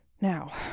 Now